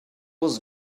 was